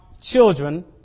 children